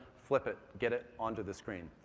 flip it, get it onto the screen.